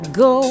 go